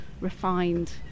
refined